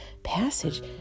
passage